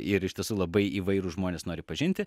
ir iš tiesų labai įvairūs žmonės nori pažinti